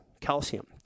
calcium